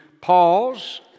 pause